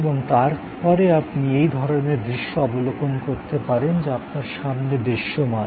এবং তারপরে আপনি এই ধরণের দৃশ্য অবলোকন করতে পারেন যা আপনার সামনে দৃশ্যমান